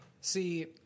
see